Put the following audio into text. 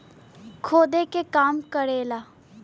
खोदे के काम करेला